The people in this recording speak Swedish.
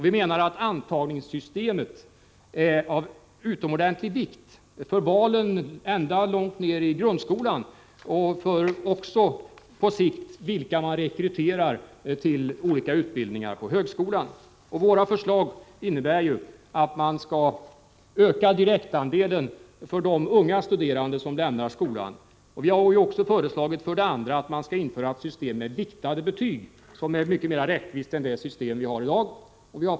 Vi menar att antagningssystemet är av utomordenlig vikt för valen ända långt ner i grundskolan och också på sikt för vilka man rekryterar till olika utbildningar på högskolan. Våra förslag innebär för det första att man skall öka direktandelen för de unga studerande som lämnar skolan. För det andra har vi föreslagit att man skall införa ett system med viktade betyg som är mycket mera rättvist än det system som gäller i dag.